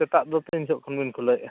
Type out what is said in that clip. ᱥᱮᱛᱟᱜ ᱫᱚ ᱛᱤᱱ ᱡᱚᱦᱚᱜ ᱠᱷᱚᱱ ᱵᱤᱱ ᱠᱷᱩᱞᱟᱹᱣᱮᱜᱼᱟ